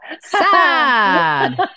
Sad